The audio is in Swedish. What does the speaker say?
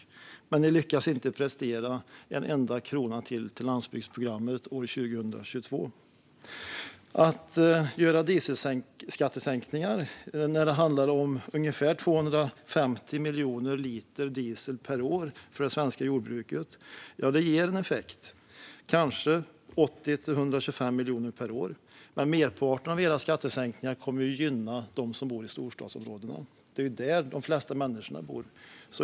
Ni lyckas ändå inte prestera en enda krona till landsbygdsprogrammet år 2022. Visst ger dieselskattesänkningar effekt. Det handlar om ungefär 250 miljoner liter diesel per år för det svenska jordbruket. Sänkningen skulle kanske ge 80-125 miljoner kronor per år. Men merparten av era skattesänkningar kommer att gynna dem som bor i storstadsområdena. Det är ju där de flesta människorna bor.